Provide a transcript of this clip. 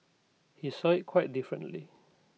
he saw IT quite differently